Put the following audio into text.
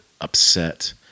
upset